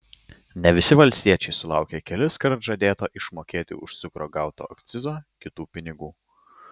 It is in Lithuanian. ne visi valstiečiai sulaukė keliskart žadėto išmokėti už cukrų gauto akcizo kitų pinigų